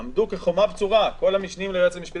עמדו כחומה בצורה כל המשנים ליועץ המשפטי